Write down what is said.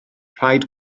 rhaid